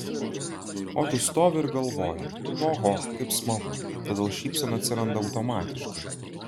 o tu stovi ir galvoji oho kaip smagu todėl šypsena atsiranda automatiškai